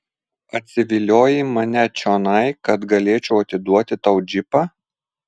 atsiviliojai mane čionai kad galėčiau atiduoti tau džipą